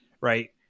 right